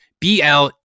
B-L